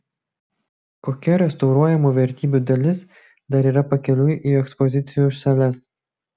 kokia restauruojamų vertybių dalis dar yra pakeliui į ekspozicijų sales